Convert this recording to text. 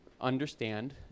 understand